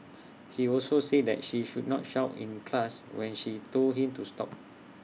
he also said that she should not shout in class when she told him to stop